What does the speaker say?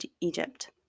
Egypt